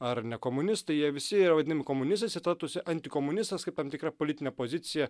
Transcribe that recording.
ar ne komunistai jie visi yra vadinami komunistais ir tada tu esi antikomunistas kaip tam tikrą politinė poziciją